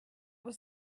was